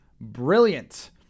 brilliant